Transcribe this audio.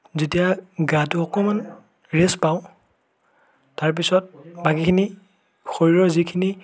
যেতিয়া গাটো অকণমান ৰেষ্ট পাওঁ তাৰ পিছত বাকীখিনি শৰীৰৰ যিখিনি